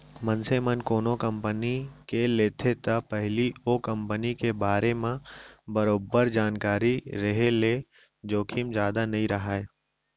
मनसे मन कोनो कंपनी के लेथे त पहिली ओ कंपनी के बारे म बरोबर जानकारी रेहे ले जोखिम जादा नइ राहय